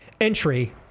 entry